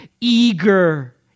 eager